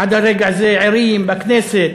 עד הרגע הזה ערים בכנסת?